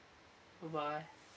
bye bye